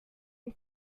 den